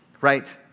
right